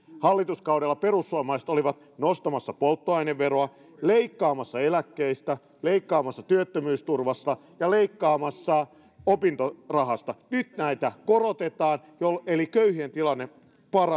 hallituskaudella perussuomalaiset olivat nostamassa polttoaineveroa leikkaamassa eläkkeistä leikkaamassa työttömyysturvasta ja leikkaamassa opintorahasta nyt näitä korotetaan eli köyhien tilanne